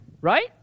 Right